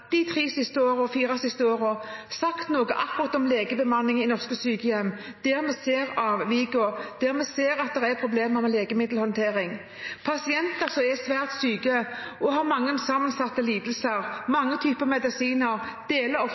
de fire siste årene sagt noe om legebemanning i norske sykehjem, der vi ser avvikene, der vi ser at det er problemer med legemiddelhåndtering. Pasienter som er svært syke, som har mange og sammensatte lidelser og mange typer medisiner, deler